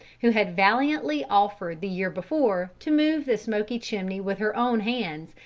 who had valiantly offered the year before to move the smoky chimney with her own hands,